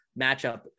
matchup